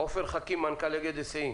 עופר חכים, מנכ"ל אגד היסעים